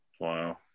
Wow